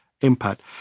impact